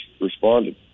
responded